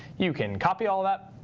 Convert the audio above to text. you can copy all that.